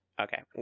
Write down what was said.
Okay